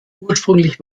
ursprünglich